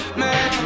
man